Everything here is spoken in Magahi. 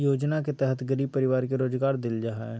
योजना के तहत गरीब परिवार के रोजगार देल जा हइ